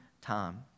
time